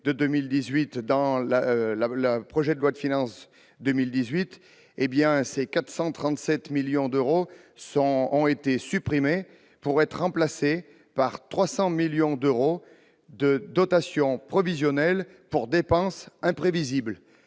Or, dans le projet de loi de finances pour 2018, ces 437 millions d'euros sont supprimés pour être remplacés par 300 millions d'euros de dotation provisionnelle pour dépenses imprévisibles.